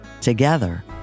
Together